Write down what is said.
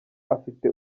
afite